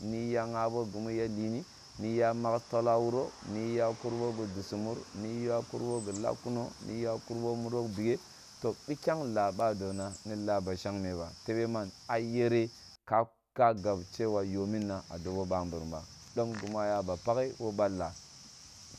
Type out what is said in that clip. Nuye ya ghabo gimu ya llini muji ya mag tolo a wiro niyi ya kurbo gi dusu muryini ya kurbo gi dusu niji ya kurubo murik bigha to bikgang laa ba do na ni laa ba shagme ba tebe man a gere ka laa gag shaw yo minna a dobo ba mburum dom gimua yaba pakhe wo ba laa